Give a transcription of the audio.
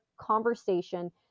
conversation